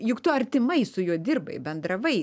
juk tu artimai su juo dirbai bendravai